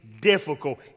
difficult